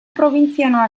probintzianoa